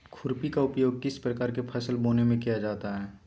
खुरपी का उपयोग किस प्रकार के फसल बोने में किया जाता है?